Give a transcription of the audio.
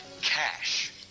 cash